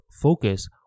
focus